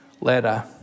letter